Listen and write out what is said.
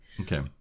Okay